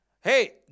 Hey